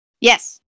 Yes